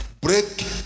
Break